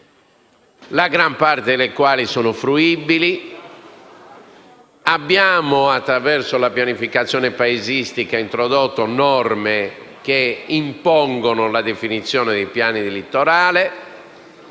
la gran parte dei quali sono fruibili. Attraverso la pianificazione paesistica, abbiamo introdotto norme che impongono la definizione dei piani di litorale.